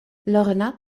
lorna